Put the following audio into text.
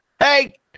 Hey